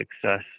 success